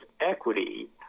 equity